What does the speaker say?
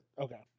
okay